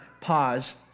pause